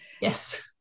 Yes